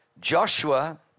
Joshua